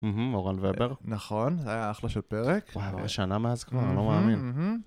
אורן וובר. נכון, זה היה אחלה של פרק. וואי, אבל שנה מאז כבר, אני לא מאמין.